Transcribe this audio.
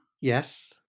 Yes